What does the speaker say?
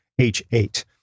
H8